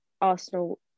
Arsenal